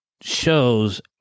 shows